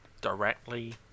directly